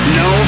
no